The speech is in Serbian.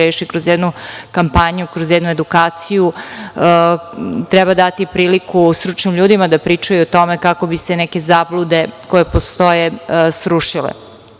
reši kroz jednu kampanju, kroz jednu edukaciju, treba dati priliku stručnim ljudima da pričaju o tome kako bi se neke zablude koje postoje